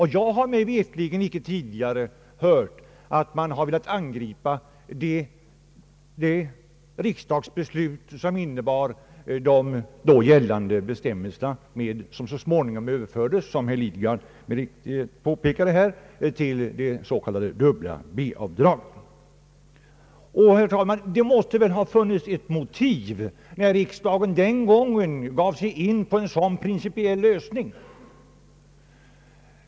Det har mig veterligen icke tidigare förekommit att man velat angripa det riksdagsbeslut som resulterade i de bestämmelser som så småningom överfördes till — som herr Lidgard mycket riktigt påpekade — det s.k. dubbla B-avdraget. Det måste väl, herr talman, ha funnits ett motiv, när riksdagen den gången gav sig in på en sådan principiell lösning.